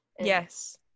yes